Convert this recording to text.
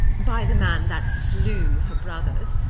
by the man that slew her brothers,